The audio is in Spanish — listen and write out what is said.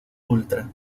ultra